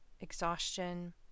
exhaustion